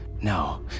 No